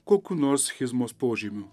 kokių nors schizmos požymių